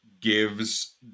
gives